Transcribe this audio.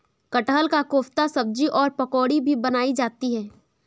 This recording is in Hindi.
कटहल का कोफ्ता सब्जी और पकौड़ी भी बनाई जाती है